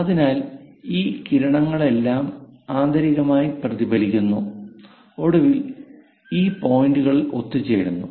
അതിനാൽ ഈ കിരണങ്ങളെല്ലാം ആന്തരികമായി പ്രതിഫലിക്കുന്നു ഒടുവിൽ ഈ പോയിന്റുകളിൽ ഒത്തുചേരുന്നു